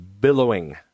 billowing